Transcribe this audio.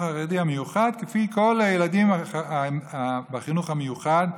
החרדי המיוחד כפי כל הילדים בחינוך המיוחד,